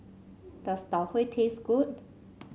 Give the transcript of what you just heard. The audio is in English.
does Tau Huay taste good